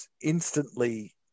instantly